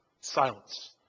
silence